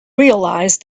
realise